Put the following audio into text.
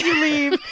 leave.